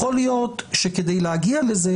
יכול להיות שכדי להגיע לזה,